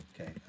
Okay